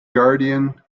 guardian